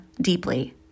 deeply